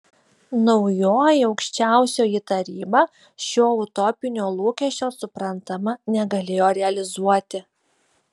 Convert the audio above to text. naujoji aukščiausioji taryba šio utopinio lūkesčio suprantama negalėjo realizuoti